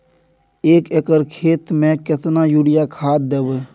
एक एकर खेत मे केतना यूरिया खाद दैबे?